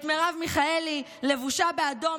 את מרב מיכאלי לבושה באדום,